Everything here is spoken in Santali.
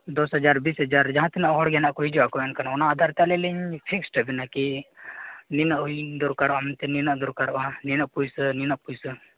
ᱫᱚᱥ ᱦᱟᱡᱟᱨ ᱵᱤᱥ ᱦᱟᱡᱟᱨ ᱡᱟᱦᱟᱸ ᱛᱤᱱᱟᱹᱜ ᱦᱚᱲᱜᱮ ᱦᱮᱱᱟᱜᱠᱚ ᱦᱤᱡᱩᱜᱟᱠᱚ ᱚᱱᱟ ᱟᱫᱷᱟᱨᱛᱮ ᱟᱹᱞᱤᱧᱞᱤᱧ ᱯᱷᱤᱠᱥᱴᱟᱵᱤᱱᱟ ᱠᱤ ᱱᱤᱱᱟᱹᱜ ᱦᱚᱲᱤᱧ ᱫᱚᱨᱠᱟᱨᱟ ᱢᱮᱱᱛᱮ ᱱᱤᱱᱟᱹᱜ ᱫᱚᱨᱠᱟᱨᱚᱜᱼᱟ ᱱᱤᱱᱟᱹᱜ ᱯᱩᱭᱥᱟᱹ ᱱᱤᱱᱟᱹᱜ ᱯᱩᱭᱥᱟᱹ